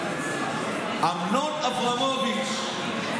אמנון אברמוביץ'.